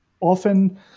often